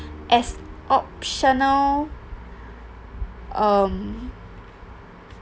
as optional um